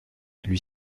lui